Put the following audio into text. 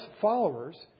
followers